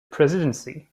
presidency